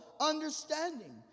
understanding